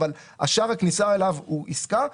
אבל שער הכניסה אליו הוא העסקה.